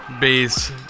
base